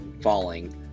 falling